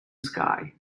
sky